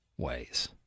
ways